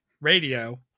radio